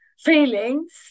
feelings